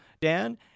Dan